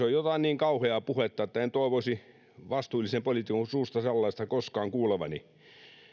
on jotain niin kauheaa puhetta että en toivoisi vastuullisen poliitikon suusta sellaista koskaan kuulevani